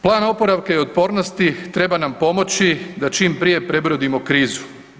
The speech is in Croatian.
Plan oporavka i otpornosti treba nam pomoći da čim prije prebrodimo krizu.